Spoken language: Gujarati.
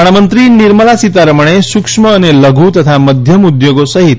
નાણામંત્રી નિર્મલા સીતારમણે સૂક્ષ્મ અને લધુ તથા મધ્યમ ઉદ્યોગો સહિત